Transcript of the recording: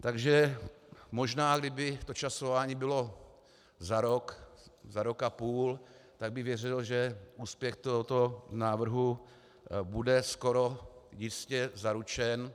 Takže možná kdyby to časování bylo za rok, za rok a půl, tak bych věřil, že úspěch tohoto návrhu bude skoro jistě zaručen.